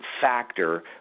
factor